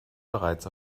bereits